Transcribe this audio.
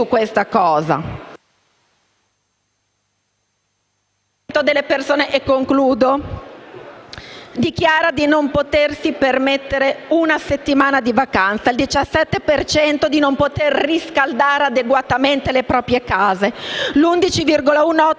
per cento delle persone dichiara di non potersi permettere una settimana di vacanza, il 17 per cento di non poter riscaldare adeguatamente le proprie case, l'11,8